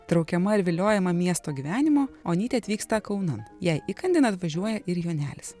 traukiama ir viliojama miesto gyvenimo onytė atvyksta kaunan jai įkandin atvažiuoja ir jonelis